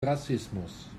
rassismus